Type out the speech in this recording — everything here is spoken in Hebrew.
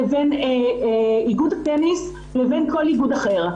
לבין איגוד הטניס לבין כל איגוד אחר.